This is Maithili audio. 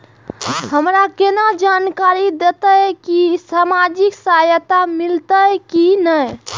हमरा केना जानकारी देते की सामाजिक सहायता मिलते की ने?